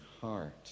heart